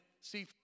see